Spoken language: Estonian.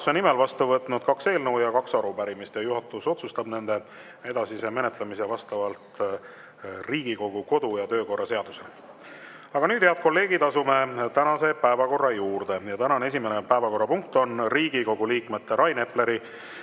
juhatuse nimel vastu võtnud kaks eelnõu ja kaks arupärimist. Juhatus otsustab nende edasise menetlemise vastavalt Riigikogu kodu- ja töökorra seadusele. Aga nüüd, head kolleegid, asume tänase päevakorra juurde. Tänane esimene päevakorrapunkt on Riigikogu liikmete Rain Epleri,